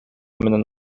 менен